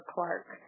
Clark